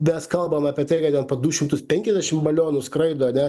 mes kalbam apie tai kad ten po du šimtus penkiasdešim balionų skraido ane